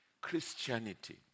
Christianity